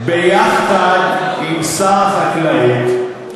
ביחד עם שר החקלאות,